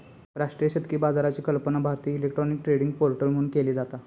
राष्ट्रीय शेतकी बाजाराची कल्पना भारतीय इलेक्ट्रॉनिक ट्रेडिंग पोर्टल म्हणून केली जाता